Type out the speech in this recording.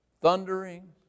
Thundering